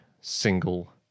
single